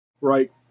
right